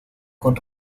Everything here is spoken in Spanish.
con